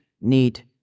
need